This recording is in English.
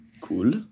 Cool